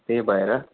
त्यही भएर